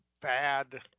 bad